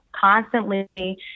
constantly